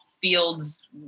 fields